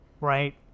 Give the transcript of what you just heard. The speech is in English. right